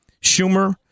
Schumer